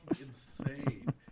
insane